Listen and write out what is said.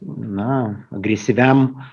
na agresyviam